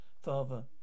Father